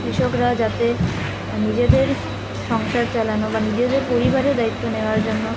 কৃষকরা যাতে নিজেদের সংসার চালানো বা নিজেদের পরিবারের দায়িত্ব নেওয়ার জন্য